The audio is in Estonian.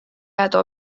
jääda